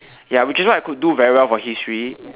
ya which is why I could do very well for history